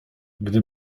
gdy